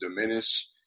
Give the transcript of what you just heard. diminish